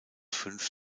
fünf